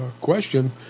question